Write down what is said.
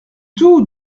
tout